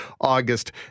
August